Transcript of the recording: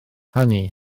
hynny